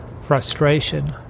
frustration